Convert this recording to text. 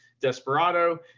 Desperado